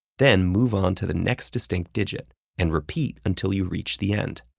then move on to the next distinct digit and repeat until you reach the end.